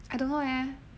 I don't know leh